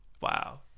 Wow